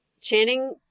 Channing